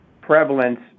prevalence